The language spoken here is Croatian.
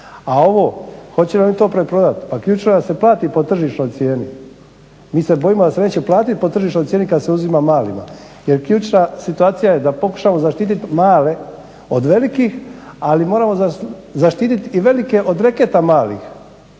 A ovo hoće li oni to preprodat, pa ključno je da se plati po tržišnoj cijeni. Mi se bojimo da se neće platit po tržišnoj cijeni kad se uzima malima jer ključna situacija je da pokušamo zaštitit male od velikih, ali moramo zaštitit i velike od reketa malih